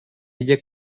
ella